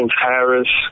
Harris